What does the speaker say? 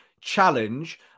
challenge